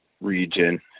region